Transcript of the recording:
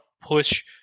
push